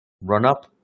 run-up